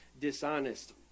dishonest